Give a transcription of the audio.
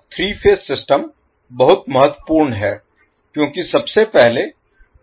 अब 3 phase system बहुत महत्वपूर्ण है क्योंकि सबसे पहले